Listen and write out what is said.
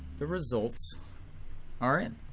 the results are in.